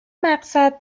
مقصد